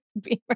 Beamer